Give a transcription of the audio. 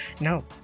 no